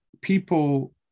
People